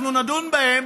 אנחנו נדון בהם